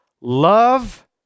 love